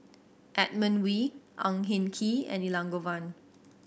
Edmund Wee Ang Hin Kee and Elangovan